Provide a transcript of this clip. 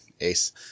ace